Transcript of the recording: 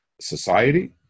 society